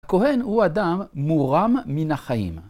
כהן הוא אדם מורם מן החיים.